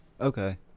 Okay